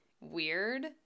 weird